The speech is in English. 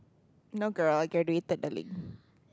no girl I can read that darling